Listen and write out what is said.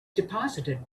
deposited